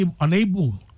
unable